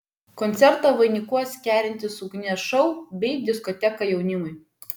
koncertą vainikuos kerintis ugnies šou bei diskoteka jaunimui